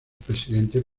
presidente